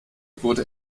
wurde